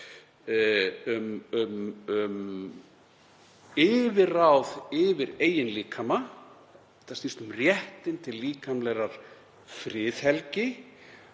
um yfirráð yfir eigin líkama. Þetta snýst um réttinn til líkamlegrar friðhelgi